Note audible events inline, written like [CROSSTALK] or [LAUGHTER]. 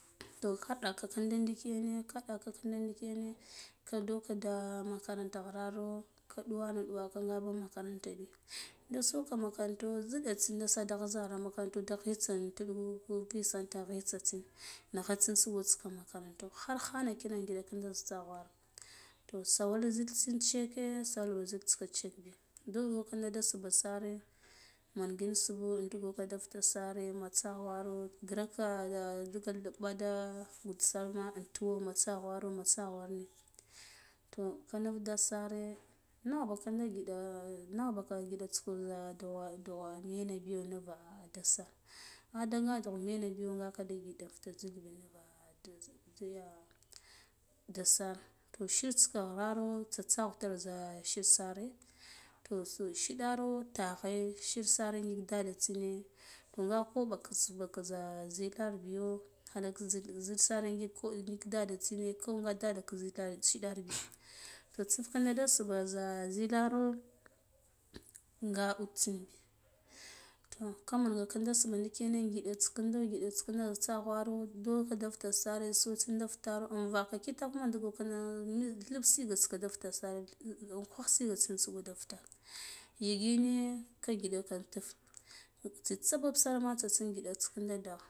To nɗakaka kinda di yane da ka ɗakoƙino diyne ka doka da makaranta graro ka ɗuwa nace ɗuwana nga makaranta bi da soka makaranta ziɗata tsinda da so zarata clo makarangta intuɗu gitaa na nigha tsintsigo makaranta kur khano kina se giɗa za tsaghwir to sawal zil tsin sheke sawal ba zil shil slek bi ndugo kinda da subha sare mangin subho indugo ka da fita sare ma tsagwako graka [HESITATION] digal ka dig di ɓeda gud sar ma lntuwo ma tsawaghwrro me tsawrgh to kanvded gare nagh baka kinda ngiɗa nagh baka giɗa du dughuxna biya niva dada sar ah nde ngi dugh bine biyo ngaka da gide fita sil biyona ded [HESITATION] ziya ded sar toh shita ka gharo tsitsi gutar za nded sare to so shiɗero takhe shiɗer sar npigh dad tsine to nga koɓo kilo ziza zilero biyo halak zil sir ngik dal tsine nko ngik dada ade tsin bi toh tsif kinda da subhozo zilaro nga use tsin bi to ka manga ka kinda subha ndikene kindo ngideke za tsaghwan doka da fita sire soke dat fataro invaka kitakw ma kide [HESITATION] dhilth ta siga da fita sare nde inghwah siga tsin sujo fitaser yigina ka kagiɗake indupe tsitsa birsar ma tsatsin bi dats kinda daghen.